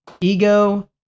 ego